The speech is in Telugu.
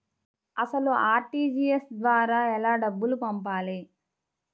అసలు అర్.టీ.జీ.ఎస్ ద్వారా ఎలా డబ్బులు పంపాలి?